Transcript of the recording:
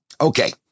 Okay